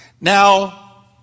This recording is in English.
Now